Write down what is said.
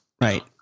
right